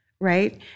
Right